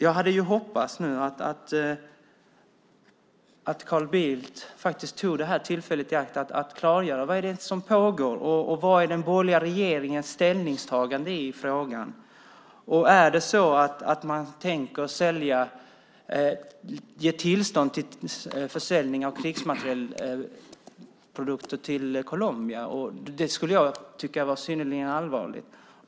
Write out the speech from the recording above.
Jag hade hoppats att Carl Bildt skulle ta det här tillfället i akt och klargöra vad det är som pågår. Vilket är den borgerliga regeringens ställningstagande i frågan? Tänker man ge tillstånd till försäljning av krigsmateriel till Colombia? Det skulle jag tycka var synnerligen allvarligt.